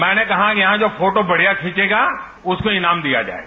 मैंने कहा यहां जो फोटो बढ़िया खिंचेगा उसको इनाम दिया जाएगा